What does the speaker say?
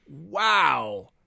wow